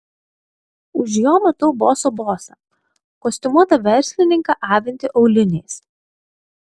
už jo matau boso bosą kostiumuotą verslininką avintį auliniais